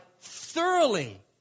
thoroughly